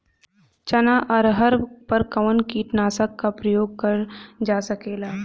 चना अरहर पर कवन कीटनाशक क प्रयोग कर जा सकेला?